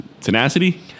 tenacity